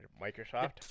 Microsoft